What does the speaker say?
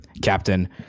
captain